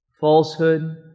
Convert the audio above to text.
falsehood